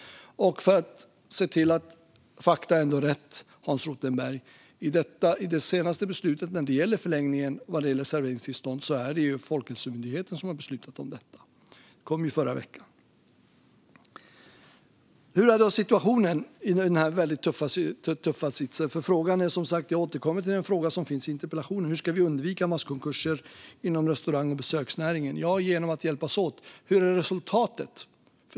Fakta är ändå rätt, Hans Rothenberg. När det gäller det senaste beslutet om förlängningen vad gäller serveringstillstånd är det Folkhälsomyndigheten som har beslutat om det. Det kom i förra veckan. Hur är då situationen i denna väldigt tuffa tid? Jag återkommer till den fråga som ställts i interpellationen: Hur ska vi undvika masskonkurser inom restaurang och besöksnäringen? Jo, genom att hjälpas åt. Vad är resultatet?